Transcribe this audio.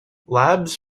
labs